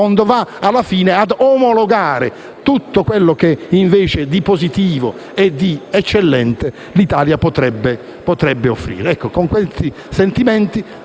va alla fine a omologare tutto ciò che di positivo e di eccellente l'Italia potrebbe offrire. Con questi sentimenti